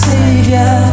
Savior